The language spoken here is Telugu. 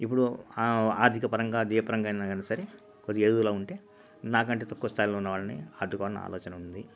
ఇప్పుడు ఆర్థికపరంగా దియపరంగా ఏది ఏదయినా సరే కొద్దిగా ఏదోలా ఉంటే నా కంటే తక్కువ స్థాయిలో ఉన్నవాళ్ళని ఆదుకోవాలని ఆలోచన ఉంది